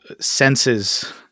senses